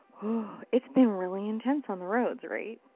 it's been really intense on the roads, right?